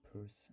person